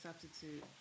substitute